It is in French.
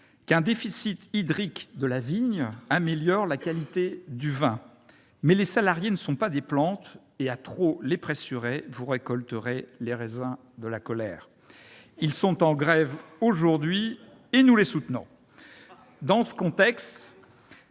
qu'un déficit hydrique de la vigne améliore la qualité du vin ; mais les salariés ne sont pas des plantes, et, à trop les pressurer, vous récolterez les raisins de la colère ! Du vinaigre ! Ils sont en grève aujourd'hui, et nous les soutenons. Dites plutôt